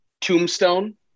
Tombstone